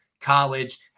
College